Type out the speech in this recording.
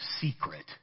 secret